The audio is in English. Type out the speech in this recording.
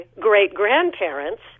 great-grandparents